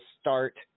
start